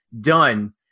done